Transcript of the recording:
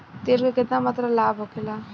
तेल के केतना मात्रा लाभ होखेला?